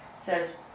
says